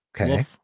Okay